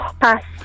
Pass